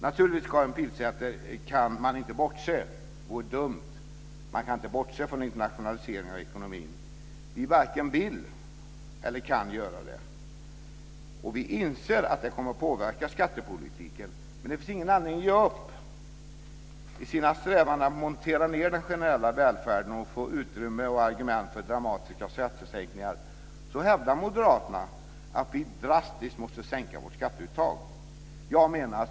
Karin Pilsäter, naturligtvis kan man inte bortse - det vore dumt - från internationaliseringen av ekonomin. Vi varken vill eller kan göra det. Vi inser att den kommer att påverka skattepolitiken, men det finns ingen anledning att ge upp. I sina strävanden att montera ned den generella välfärden och få utrymme och argument för dramatiska skattesänkningar hävdar moderaterna att vi drastiskt måste sänka vårt skatteuttag.